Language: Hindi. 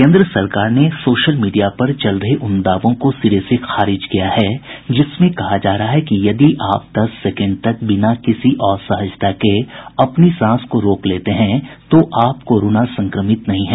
केन्द्र सरकार ने सोशल मीडिया पर चल रहे उन दावों को सिरे से खारिज किया है जिसमें कहा जा रहा है कि यदि आप दस सेकेंड तक बिना किसी असहजता के अपनी सांस को रोक लेते हैं तो आप कोरोना संक्रमित नहीं है